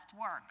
work